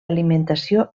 alimentació